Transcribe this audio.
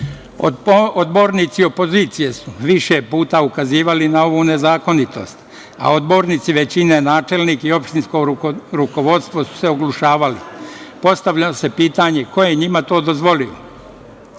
upravi? Odbornici opozicije su više puta ukazivali na ovu nezakonitost, a odbornici većine, načelnik i opštinsko rukovodstvo su se oglušavali. Postavlja se pitanje ko je njima to dozvolio? Prema